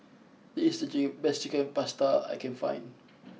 this is the best Chicken Pasta I can find